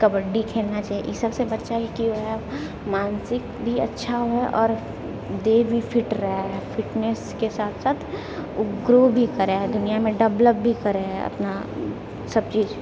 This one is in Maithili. कबड्डी खलेना चाहिए ईसभसे बच्चा के की होइत है मानसिक भी अच्छा है आओर देह भी फिट रहैत है फिटनेसके साथ साथ ओ ग्रो भी करए है दुनियामे डेवलप भी करय है अपनासभ चीज